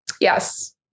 yes